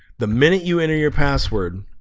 the minute you enter your password